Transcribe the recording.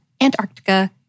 Antarctica